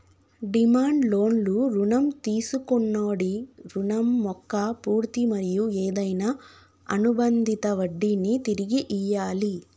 demand లోన్లు రుణం తీసుకొన్నోడి రుణం మొక్క పూర్తి మరియు ఏదైనా అనుబందిత వడ్డినీ తిరిగి ఇయ్యాలి